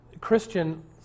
Christian